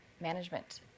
management